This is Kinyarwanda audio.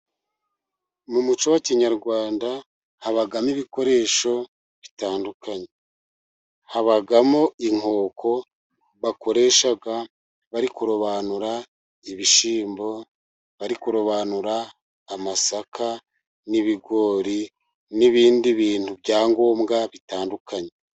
Mu muco wa kinyarwanda habamo ibikoresho bitandukanye, habamo inkoko bakoresha bari kurobanura ibishyimbo, bari kurobanura amasaka n'ibigori, n'ibindi bintu byangombwa bitandukanye.